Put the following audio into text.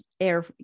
air